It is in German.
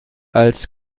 als